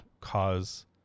cause